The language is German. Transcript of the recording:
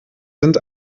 sind